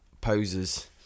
poses